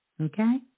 Okay